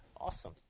Awesome